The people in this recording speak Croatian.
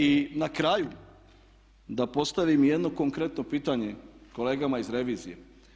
I na kraju da postavim jedno konkretno pitanje kolegama iz revizije.